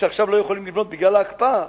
שעכשיו לא יכולים לבנות בגלל ההקפאה,